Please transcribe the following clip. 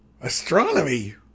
astronomy